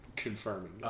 Confirming